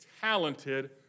talented